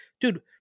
dude